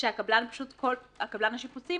השיפוצים